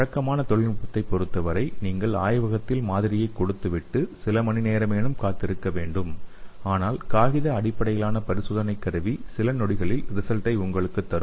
வழக்கமான தொழில்நுட்பத்தை பொருத்தவரை நீங்கள் ஆய்வகத்தில் மாதிரியை கொடுத்துவிட்டு சில மணி நேரமேனும் காத்திருக்க வேண்டும் ஆனால் காகித அடிப்படையிலான பரிசோதனைக் கருவி சில நொடிகளில் ரிசல்ட்டை உங்களுக்கு தரும்